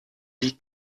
die